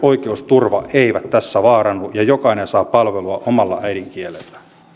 oikeusturva eivät tässä vaarannu ja jokainen saa palvelua omalla äidinkielellään